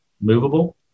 movable